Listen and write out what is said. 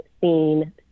seen